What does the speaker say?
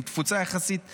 עם תפוצה יחסית רחבה,